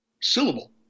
syllable